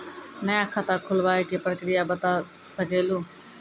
नया खाता खुलवाए के प्रक्रिया बता सके लू?